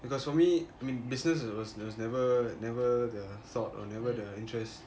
because for me I mean business was was never never the sort or never the interest